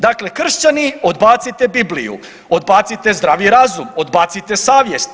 Dakle, Kršćani odbacite Bibliju, odbacite zdravi razum, odbacite savjest.